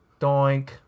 doink